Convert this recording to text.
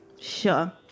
Sure